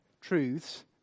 truths